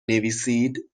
نویسید